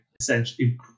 essentially